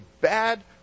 bad